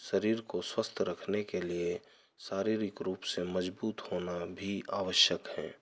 शरीर को स्वस्थ रखने के लिए शारीरिक रूप से मज़बूत होना भी आवश्यक है